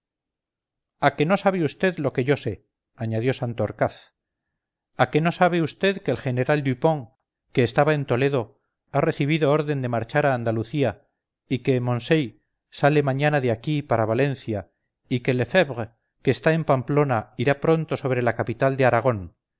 a que no sabe vd lo que yo sé añadió santorcaz a que no sabe vd que el general dupont que estaba en toledo ha recibido orden de marchar a andalucía y que moncey sale mañana de aquí para valencia y que lefebvre que está en pamplona irá pronto sobre la capital de aragón